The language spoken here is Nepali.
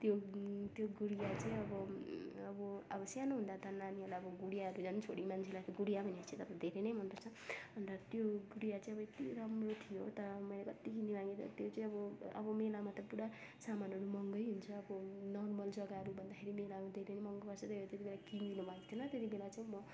त्यो त्यो गुडिया चाहिँ अब अब अब सानो हुँदा त नानीहरूलाई अब गुडिया त झन् छोरी मान्छेलाई गुडिया भनेपछि त धेरै नै मनपर्छ अन्त त्यो गुडिया चाहिँ यति राम्रो थियो तर मैले कति किनिमागेको त्यो चाहिँ म अब मेलामा त पुरा सामानहरू महँगै हुन्छ अब नर्मल जग्गाहरू भन्दाखेरि मेलामा धेरै महँगो पर्छ त्यत्ति बेला किनिदिनु भएको थिएन त्यत्तिखेर चाहिँ म